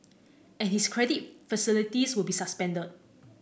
and his credit facilities will be suspended